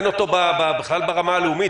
אין אותו בכלל ברמה הלאומית,